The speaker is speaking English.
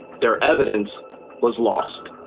their evidence was lost.